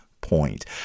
point